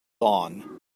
dawn